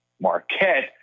Marquette